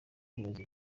kwibaza